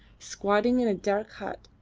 squatting in a dark hut,